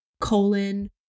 colon